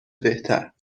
بهتر